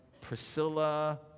Priscilla